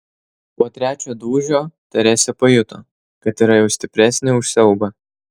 po trečio dūžio teresė pajuto kad yra jau stipresnė už siaubą